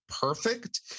perfect